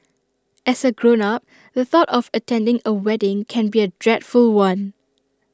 as A grown up the thought of attending A wedding can be A dreadful one